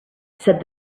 said